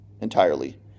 entirely